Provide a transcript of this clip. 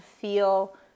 feel